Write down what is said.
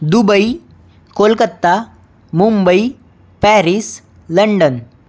Dubai Kolkata Mumbai Paris London